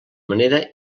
manera